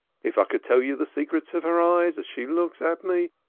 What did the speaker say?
if i could tell you the secrets of her eyes as she looks at me